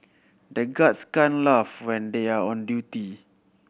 the guards can't laugh when they are on duty